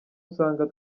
usanga